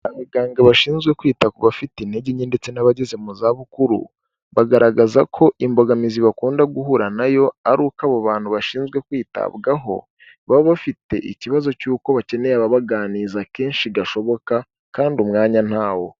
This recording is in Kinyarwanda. Abaganga bashinzwe kwita ku bafite intege nke ndetse n'abageze mu za bukuru, bagaragaza ko imbogamizi bakunda guhura nayo ari uko abo bantu bashinzwe kwitabwaho baba bafite ikibazo cy'uko bakeneye ababaganiriza kenshi gashoboka, kandi umwanya ntawo.